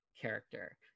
character